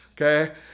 Okay